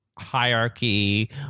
hierarchy